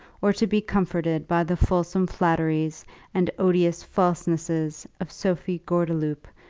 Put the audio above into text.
or to be comforted by the fulsome flatteries and odious falsenesses of sophie gordeloup,